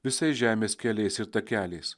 visais žemės keliais ir takeliais